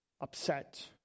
upset